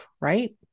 right